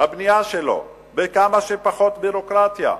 הבנייה שלו בכמה שפחות ביורוקרטיה.